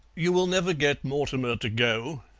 you will never get mortimer to go,